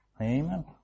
Amen